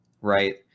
right